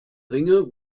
ringe